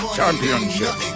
Championship